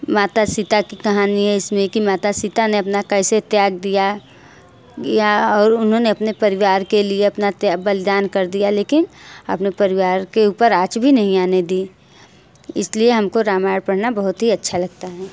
माता सीता की कहानी है इसमें कि माता सीता ने अपना कैसे त्याग दिया या और उन्होंने अपने परिवार के लिए अपना बलिदान कर दिया लेकिन अपने परिवार के ऊपर आँच भी नहीं आने दी इस लिए हम को रामायण पढ़ना बहुत अच्छा लगता है